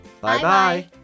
Bye-bye